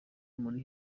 buri